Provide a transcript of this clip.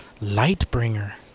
Lightbringer